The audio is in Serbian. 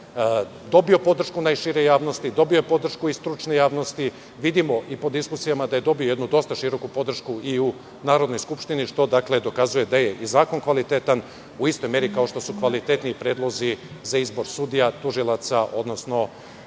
dobio podršku najšire javnosti, dobio podršku i stručne javnosti, a vidimo i po diskusijama da je dobio jednu dosta široku podršku i u Narodnoj skupštini. Sve to dokazuje da je zakon kvalitetan, u istoj meri kao što su kvalitetni i predlozi za izbor sudija, tužilaca, odnosno